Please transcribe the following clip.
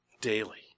daily